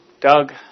Doug